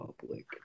public